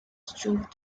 struve